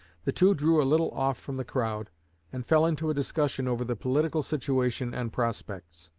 the two drew a little off from the crowd and fell into a discussion over the political situation and prospects.